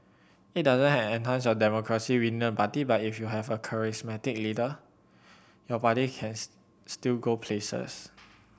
it doesn't enhance democracy within the party but if you have a charismatic leader your party can still go places